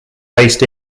based